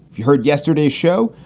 if you heard yesterday show,